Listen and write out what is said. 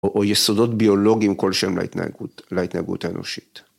או יסודות ביולוגיים כלשהם להתנהגות, להתנהגות האנושית.